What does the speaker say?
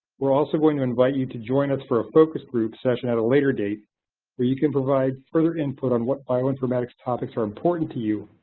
we're also going to invite you to join us for a focus group session at a later date were you can provide further input on what bioinformatics topics are important to you,